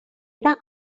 era